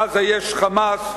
בעזה יש "חמאס",